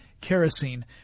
kerosene